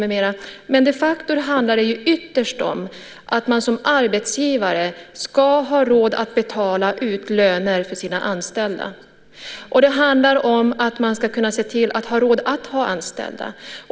Men de facto handlar det ytterst om att man som arbetsgivare ska ha råd att betala ut löner för sina anställda. Och det handlar om att man ska se till att ha råd att ha anställda.